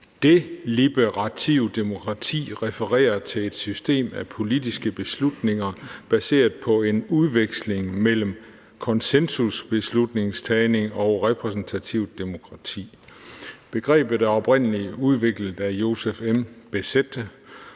Deliberativt demokrati refererer til et system af politiske beslutninger baseret på en udveksling mellem konsensusbeslutningstagning og repræsentativt demokrati. Begrebet er oprindelig udviklet af Joseph M. Bessette.